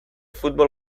futbol